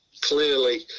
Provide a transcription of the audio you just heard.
clearly